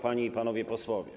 Panie i Panowie Posłowie!